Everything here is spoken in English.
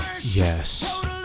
Yes